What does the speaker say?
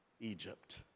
Egypt